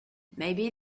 maybe